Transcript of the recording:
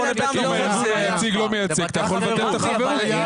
אם הנציג לא מייצג, אתה יכול לבטל את החברות.